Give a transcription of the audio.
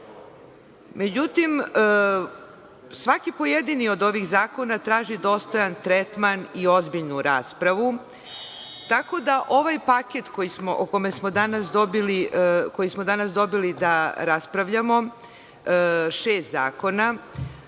svaki, pojedini, od ovih zakona traži dostojan tretman i ozbiljnu raspravu, tako da ovaj paket, koji smo danas dobili da raspravljamo, šest zakona,